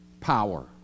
power